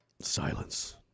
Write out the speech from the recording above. silence